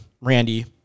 Randy